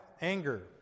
anger